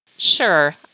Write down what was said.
Sure